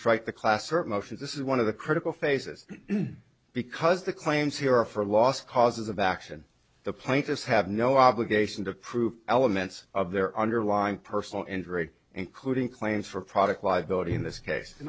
strike the class or motions this is one of the critical faces because the claims here are for lost causes of action the plaintiffs have no obligation to prove elements of their underlying personal injury including claims for product liability in this case it